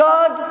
God